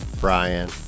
Brian